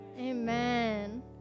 Amen